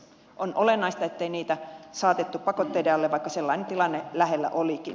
on olennaista ettei niitä saatettu pakotteiden alle vaikka sellainen tilanne lähellä olikin